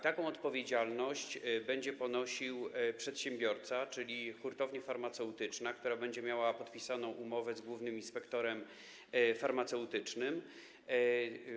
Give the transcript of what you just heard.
Taką odpowiedzialność będzie ponosił przedsiębiorca, czyli hurtownia farmaceutyczna, która będzie miała podpisaną umowę z głównym inspektorem farmaceutycznym.